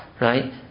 right